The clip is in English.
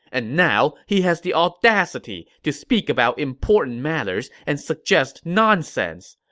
and now, he has the audacity to speak about important matters and suggest nonsense.